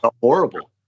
Horrible